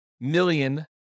million